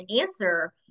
answer